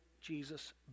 Jesus